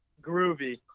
groovy